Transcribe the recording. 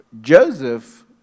Joseph